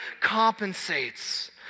compensates